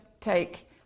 take